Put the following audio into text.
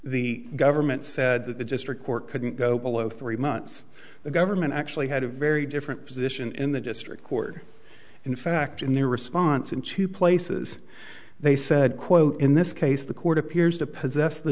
the government said that the district court couldn't go below three months the government actually had a very different position in the district court in fact in their response in two places they said quote in this case the court appears to possess the